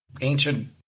ancient